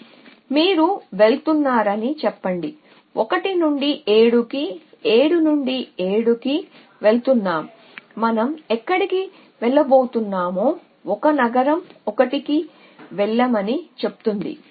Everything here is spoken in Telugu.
కాబట్టి మీరు వెళుతున్నారని చెప్పండి 1 నుండి 7 కి 7 నుండి 7 కి వెళుతున్నాము మనం ఎక్కడికి వెళ్ళబోతున్నామో 1 నగరం 1 కి వెళ్ళమని చెప్తుంది